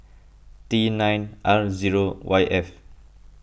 T nine R zero Y F